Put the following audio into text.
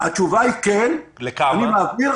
התשובה היא כן, אני מעביר.